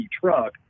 truck